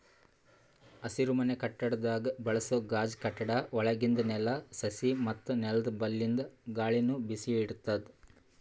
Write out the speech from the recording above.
ಹಸಿರುಮನೆ ಕಟ್ಟಡದಾಗ್ ಬಳಸೋ ಗಾಜ್ ಕಟ್ಟಡ ಒಳಗಿಂದ್ ನೆಲ, ಸಸಿ ಮತ್ತ್ ನೆಲ್ದ ಬಲ್ಲಿಂದ್ ಗಾಳಿನು ಬಿಸಿ ಇಡ್ತದ್